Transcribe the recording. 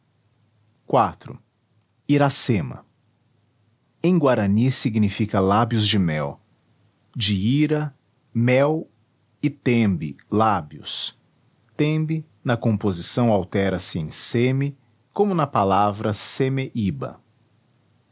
iv iracema em guarani significa lábios de mel de ira mel e tembe lábios tembe na composição altera se em ceme como na palavra